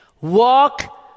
walk